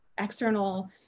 external